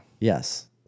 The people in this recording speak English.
Yes